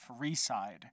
Freeside